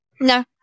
No